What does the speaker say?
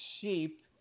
sheep